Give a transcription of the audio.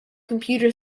computer